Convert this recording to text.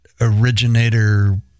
originator